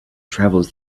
travels